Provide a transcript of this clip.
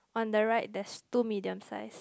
on the right there's two medium size